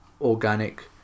organic